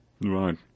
Right